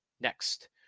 next